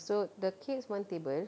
so the kids one table